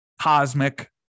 cosmic